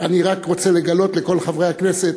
אני רק רוצה לגלות לכל חברי הכנסת,